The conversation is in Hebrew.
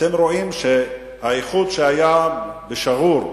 אתם רואים שהאיחוד שהיה בשגור,